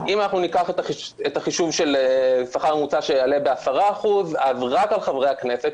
אם ניקח את החישוב של שכר ממוצע שיעלה ב-10% אז רק על חברי הכנסת,